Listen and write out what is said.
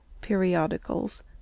Periodicals